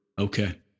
Okay